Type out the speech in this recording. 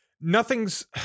nothing's